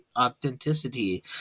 Authenticity